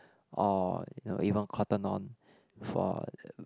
or you know Cotton-on for